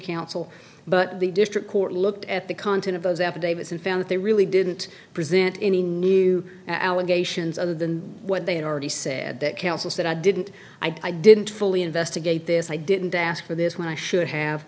counsel but the district court looked at the content of those affidavits and found that they really didn't present any new allegations other than what they had already said that counsel said i didn't i didn't fully investigate this i didn't ask for this when i should have